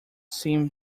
seem